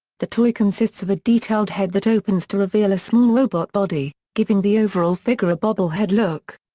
the toy consists of a detailed head that opens to reveal a small robot body, giving the overall figure a bobblehead look.